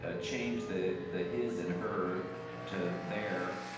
ah change the the his and her to their,